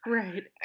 right